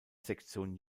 sektion